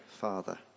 Father